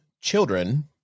children